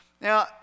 Now